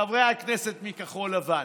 חברי הכנסת מכחול לבן,